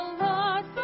Lord